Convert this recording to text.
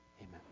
amen